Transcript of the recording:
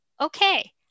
okay